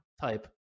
type